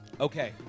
Okay